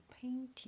painting